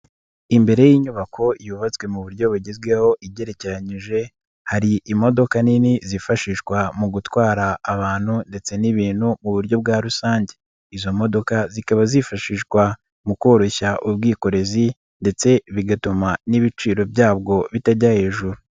Imbere y'inyubako yubatswe mu buryo bugezweho igerekeranyije, hari imodoka nini zifashishwa mu gutwara abantu ndetse n'ibintu mu buryo bwa rusange. Izo modoka zikaba zifashishwa mu koroshya ubwikorezi ndetse bigatuma n'ibiciro byabwo bitajya hejuru.